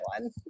one